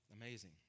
Amazing